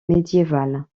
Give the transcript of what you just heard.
médiéval